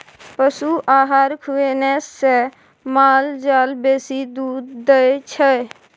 पशु आहार खुएने से माल जाल बेसी दूध दै छै